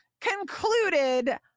concluded